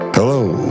Hello